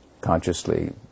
consciously